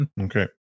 Okay